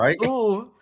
right